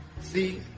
See